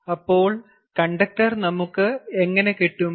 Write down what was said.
അപ്പോൾ നമുക്ക് കണ്ടക്ടർ എങ്ങനെ കിട്ടും